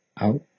out